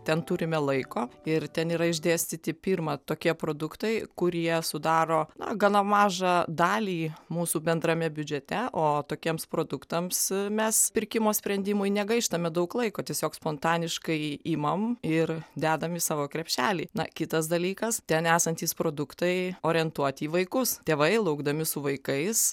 ten turime laiko ir ten yra išdėstyti pirma tokie produktai kurie sudaro na gana mažą dalį mūsų bendrame biudžete o tokiems produktams mes pirkimo sprendimui negaištame daug laiko tiesiog spontaniškai imam ir dedam į savo krepšelį na kitas dalykas ten esantys produktai orientuoti į vaikus tėvai laukdami su vaikais